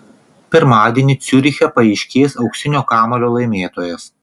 pirmadienį ciuriche paaiškės auksinio kamuolio laimėtojas